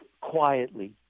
quietly